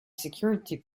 security